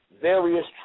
Various